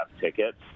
tickets